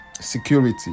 security